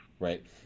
Right